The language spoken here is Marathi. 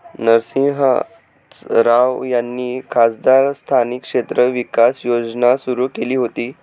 नरसिंह राव यांनी खासदार स्थानिक क्षेत्र विकास योजना सुरू केली होती